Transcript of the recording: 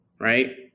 right